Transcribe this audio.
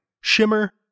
Shimmer